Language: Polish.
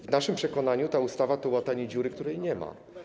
W naszym przekonaniu ta ustawa to łatanie dziury, której nie ma.